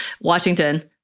Washington